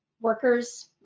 Workers